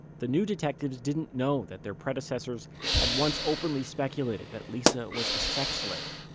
the new detectives didn't know that their predecessors had once openly speculated that lisa was a sex slave.